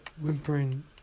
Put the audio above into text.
whimpering